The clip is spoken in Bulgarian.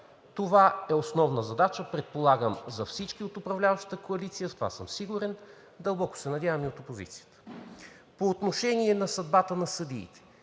Това е основна задача, предполагам, за всички от управляващата коалиция, в това съм сигурен, дълбоко се надявам и от опозицията. По отношение на съдбата на съдиите.